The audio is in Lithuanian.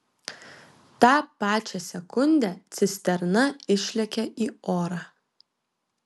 tą pačią sekundę cisterna išlekia į orą